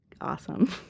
awesome